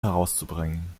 herauszubringen